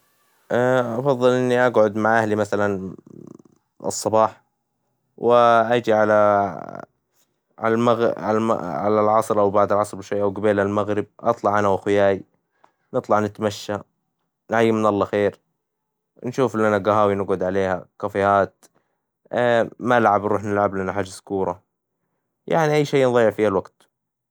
أفظل إني أجعد مع أهلي مثلا الصباح، وأجي على على العصر أو بعد العصر بشوي أو قبيل المغرب أطلع انا وأخ وياي نطلع نتمشى نعيم من الله خير، نشوف لنا قهاوي نقعد عليها كافيهات، ملعب نروح نلعب به كورة، يعني أي شي نظيع فيه الوقت.